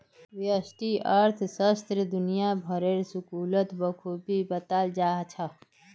व्यष्टि अर्थशास्त्र दुनिया भरेर स्कूलत बखूबी बताल जा छह